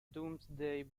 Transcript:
domesday